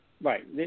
Right